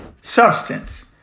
substance